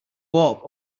warp